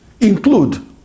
include